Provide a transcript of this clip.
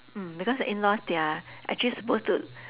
mm because the in laws they are actually suppose to